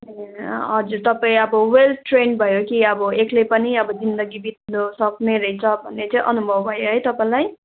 ए हजुर तपाईँ अब वेल ट्रेन्ड भयो कि अब एक्लै पनि अब जिन्दगी बित्नु सक्ने रहेछ भन्ने चाहिँ अनुभव भयो है तपाईँलाई